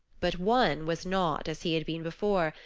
but one was not as he had been before.